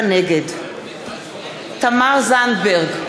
נגד תמר זנדברג,